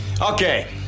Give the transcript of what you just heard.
Okay